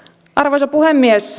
arvoisa puhemies